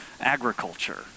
agriculture